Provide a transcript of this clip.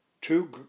Two